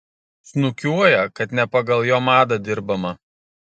snukiuoja kad ne pagal jo madą dirbama